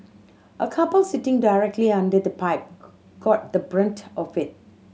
a couple sitting directly under the pipe got the brunt of it